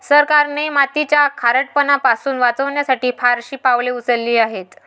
सरकारने मातीचा खारटपणा पासून वाचवण्यासाठी फारशी पावले उचलली आहेत